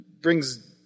brings